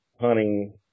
hunting